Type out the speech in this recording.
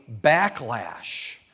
backlash